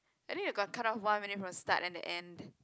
I think we got cut off one minute from start then the end